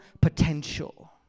potential